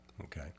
Okay